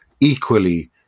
Equally